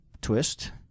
Twist